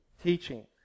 teaching